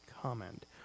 comment